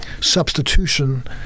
substitution